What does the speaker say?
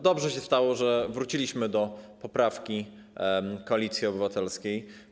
Dobrze się stało, że wróciliśmy do poprawki Koalicji Obywatelskiej.